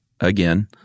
again